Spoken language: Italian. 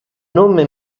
nome